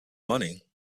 money